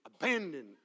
abandoned